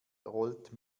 rollte